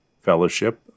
fellowship